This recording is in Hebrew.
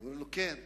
אומר לו: כן,